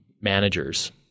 managers